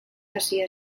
hasia